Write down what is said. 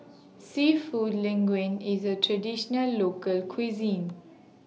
Seafood Linguine IS A Traditional Local Cuisine